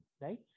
right